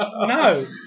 no